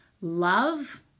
love